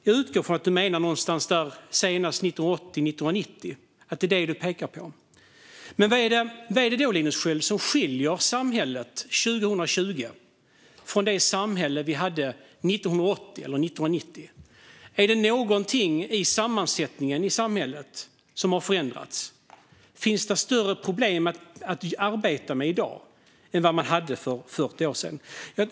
Jag utgår från att du menar någon gång runt 1980 eller 1990, att det är den tiden du pekar på. Vad är det då som skiljer dagens samhälle, 2020, från det samhälle vi hade 1980 eller 1990? Är det någonting i sammansättningen i samhället som har förändrats? Finns det större problem att arbeta med i dag än för 40 år sedan?